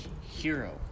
hero